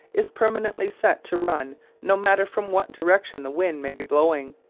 is permanently set to run no matter from what direction the wind may be blowing.